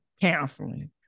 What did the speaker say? counseling